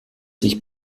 sich